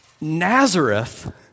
Nazareth